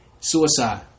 suicide